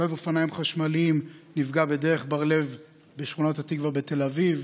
רוכב אופניים חשמליים נפגע בדרך בר לב בשכונת התקווה בתל אביב.